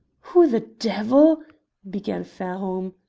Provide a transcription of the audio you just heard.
who the devil began fairholme.